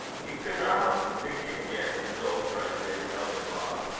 he could not help thinking again of his old friend, david elginbrod,